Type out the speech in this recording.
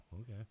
Okay